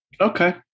Okay